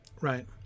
right